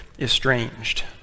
estranged